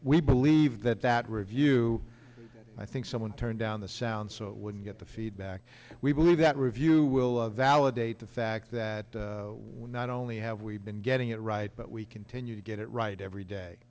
we believe that that review i think someone turned down the sound so it would get the feedback we believe that review will validate the fact that we not only have we been getting it right but we continue to get it right every day